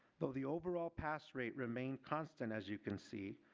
the the overall pass rate remained constant, as you can see,